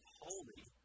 holy